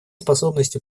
способностью